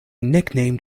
nicknamed